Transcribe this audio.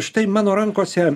štai mano rankose